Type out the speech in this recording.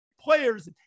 players